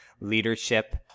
leadership